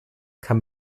kann